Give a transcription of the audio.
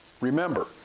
remember